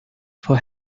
for